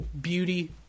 beauty